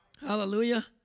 Hallelujah